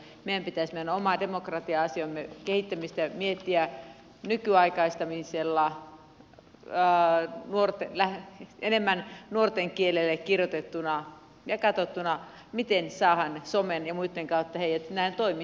meidän pitäisi meidän oman demokratia asiamme kehittämistä miettiä nykyaikaistamisella enemmän nuorten kielelle kirjoitettuna ja katsottuna miten saadaan somen ja muitten kautta heidät toimintaan matkaan